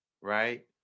right